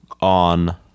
on